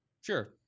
Sure